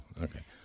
Okay